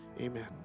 amen